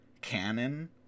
canon